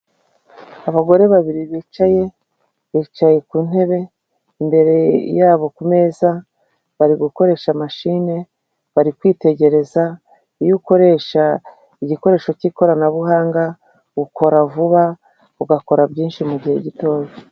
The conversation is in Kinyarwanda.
Abagore babiri bicaye, bicaye ku ntebe imbere yabo ku meza bari gukoresha mashine bari kwitegereza iyo ukoresha igikoresho cy'ikoranabuhanga ukora vuba ugakora byinshi mugihe gitoya .